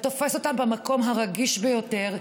זה תופס אותם במקום הרגיש ביותר.